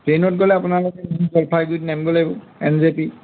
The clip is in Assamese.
ট্ৰেইনত গ'লে আপোনালোকে নিউ জলপাইগুৰিত নামিব লাগিব এন জে পি